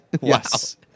Yes